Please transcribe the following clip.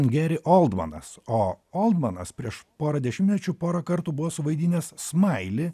geri oldmanas o oldmanas prieš porą dešimtmečių porą kartų buvo suvaidinęs smailį